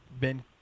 Ben